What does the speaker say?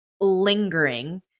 lingering